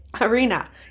arena